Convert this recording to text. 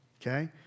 Okay